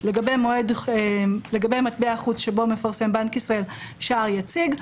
לגבי מטבע חוץ שבו מפרסם בנק ישראל שער יציג,